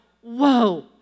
Whoa